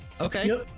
okay